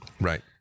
Right